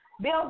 Bill